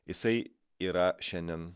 jisai yra šiandien